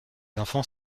enfants